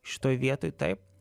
šitoj vietoj taip